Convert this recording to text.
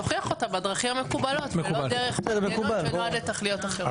תוכיח אותה בדרכים המקובלות ולא דרך מנגנון שנועד לתכליות אחרות.